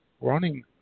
running